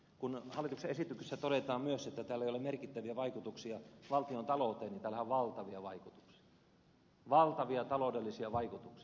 kun hallituksen esityksessä todetaan myös että tällä ei ole merkittäviä vaikutuksia valtion talouteen niin tällähän on valtavia vaikutuksia valtavia taloudellisia vaikutuksia